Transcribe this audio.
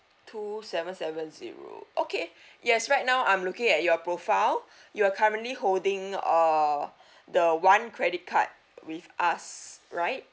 two seven seven zero okay yes right now I'm looking at your profile you're currently holding uh the one credit card with us right